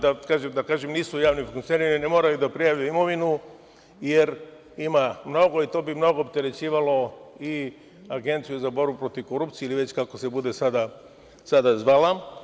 Da kažem nisu javni funkcioneri, ne moraju da prijavljuju imovinu, jer ima mnogo, i to bi mnogo opterećivalo mnogo Agenciju za borbu protiv korupcije ili kako se sad bude zvala.